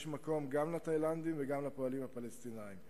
יש מקום גם לתאילנדים וגם לפועלים הפלסטינים.